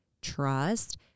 trust